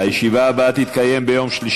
הישיבה הבאה תהיה,